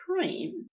cream